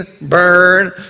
burn